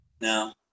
No